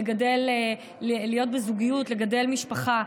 להיות בזוגיות ולגדל משפחה.